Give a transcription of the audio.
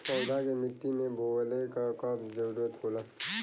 पौधा के मिट्टी में बोवले क कब जरूरत होला